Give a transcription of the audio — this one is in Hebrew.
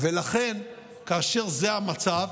ולכן, כאשר זה המצב,